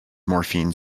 morphine